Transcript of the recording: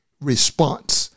response